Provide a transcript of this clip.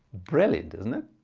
brilliant isn't it?